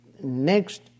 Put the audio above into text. next